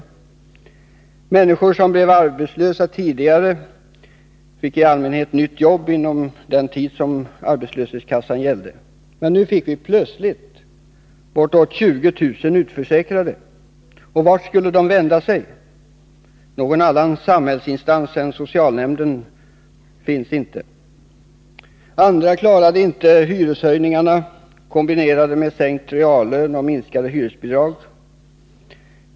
Tidigare fick människor som blev arbetslösa i allmänhet nytt jobb inom den tid försäkringen i arbetslöshetskassan gällde. Men nu fick vi plötsligt bortåt 20 000 utförsäkrade. Vart skulle de vända sig? Någon annan samhällsinstans än socialnämnden fanns inte. Andra klarade inte hyreshöjningarna, kombinerade med sänkt reallön och minskade hyresbidrag.